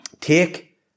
Take